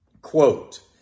quote